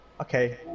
okay